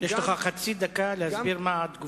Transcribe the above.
יש לך חצי דקה להסביר מה התגובה.